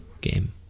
game